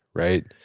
right?